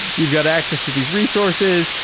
you've got access to these resources.